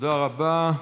תודה רבה.